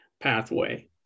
pathway